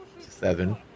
Seven